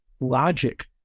logic